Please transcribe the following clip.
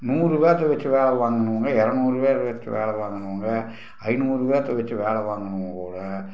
நூறு பேத்த வச்சு வேலை வாங்குனவங்க இரநூறு பேர் வச்சு வேலை வாங்குனவங்க ஐந்நூறு பேத்த வச்சு வேலை வாங்குனவங்க கூட